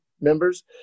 members